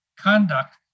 Conduct